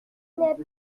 n’est